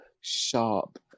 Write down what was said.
sharp